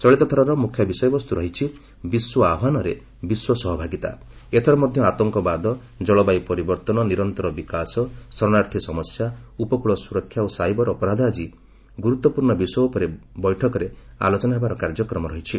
ଚଳିତଥରର ମୁଖ୍ୟ ବିଷୟବସ୍ତୁ ରହିଛି ଆତଙ୍କବାଦ ଜଳବାୟୁ ପରିବର୍ତ୍ତନ ନିରନ୍ତର ବିକାଶ ଶରଣାର୍ଥୀ ସମସ୍ୟା ଉପକୂଳ ସୁରକ୍ଷା ଓ ସାଇବର ଅପରାଧ ଆଜି ଗୁରୁତ୍ୱପୂର୍ଣ୍ଣ ବିଷୟ ଉପରେ ବୈଠକରେ ଆଲୋଚନା ହେବାର କାର୍ଯ୍ୟକ୍ରମ ରହିଛି